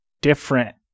different